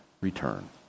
return